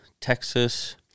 Texas